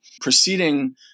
proceeding